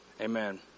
amen